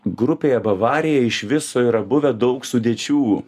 grupėje bavarija iš viso yra buvę daug sudėčių